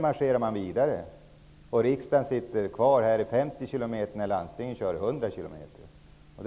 Medan riksdagen kör på i 50 kilometers fart ilar landstingen fram i 100 kilometers hastighet.